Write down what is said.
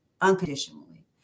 unconditionally